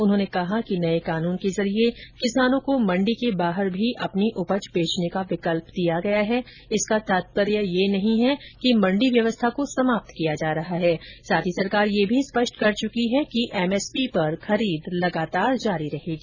उन्होंने कहा कि नए कानून के जरिये किसानों को मंडी के बाहर भी अपनी उपज बेचने का विकल्प दिया गया है इसका तात्पर्य यह नहीं है कि मंडी व्यवस्था को समाप्त किया जा रहा है साथ ही सरकार स्पष्ट कर चुकी है कि एमएसपी पर खरीद लगातार जारी रहेगी